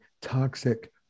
toxic